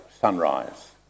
sunrise